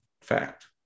Fact